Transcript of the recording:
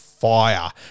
Fire